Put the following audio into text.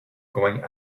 going